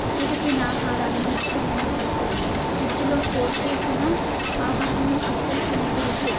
చెడిపోయిన ఆహారాన్ని ఎప్పుడు తినకూడదు ఫ్రిడ్జ్లో స్టోర్ చేసిన ఆహారం అస్సలు తినకూడదు